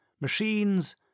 machines